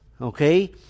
Okay